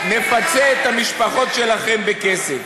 מפצה את המשפחות שלכם בכסף.